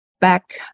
back